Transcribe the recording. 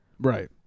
right